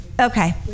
Okay